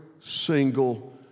single